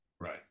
right